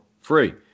free